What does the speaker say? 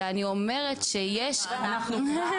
אלא אני אומר שיש --- אנחנו גם,